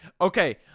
Okay